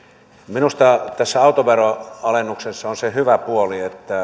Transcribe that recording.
minusta tässä autoveroalennuksessa on se hyvä puoli että